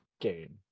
game